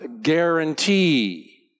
guarantee